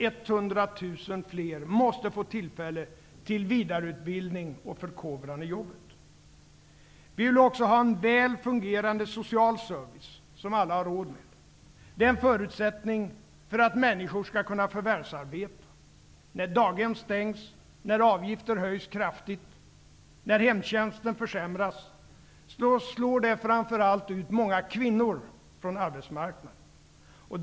100 000 fler måste få tillfälle till vidareutbildning och förkovran i jobbet. Vi vill också ha en väl fungerande social service, som alla har råd med. Det är en förutsättning för att människor skall kunna förvärvsarbeta. När daghem stängs, när avgifter höjs kraftigt och när hemtjänsten försämras slår det framför allt ut många kvinnor från arbetsmarknaden.